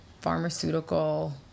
pharmaceutical